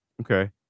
Okay